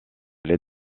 les